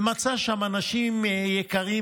ומצא שם אנשים יקרים,